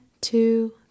two